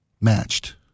matched